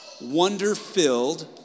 wonder-filled